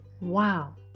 wow